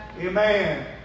Amen